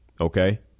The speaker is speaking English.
Okay